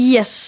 Yes